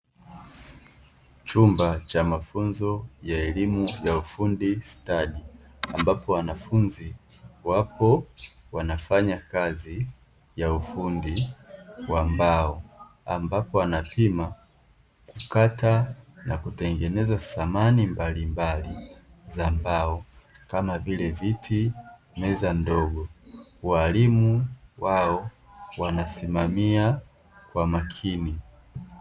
Chumba cha mafunzo ya elimu ya ufundi stadi, ambapo wanafunzi wapo wanafanya kazi ya ufundi wa mbao, ambapo wanapima, kukata na kutengeneza samani mbalimbali za mbao, kama vile: viti, meza ndogo, walimu wao wanasimamia kwa makini.